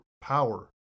power